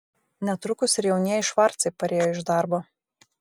netrukus ir jaunieji švarcai parėjo iš darbo